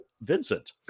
Vincent